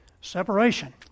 separation